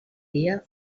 dia